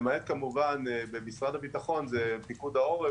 למעט כמובן במשרד הביטחון שזה פיקוד העורף